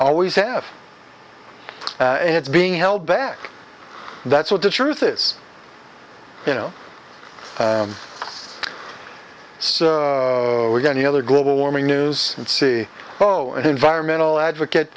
always have and it's being held back that's what the truth is you know so we're going to other global warming news and see oh and environmental advocate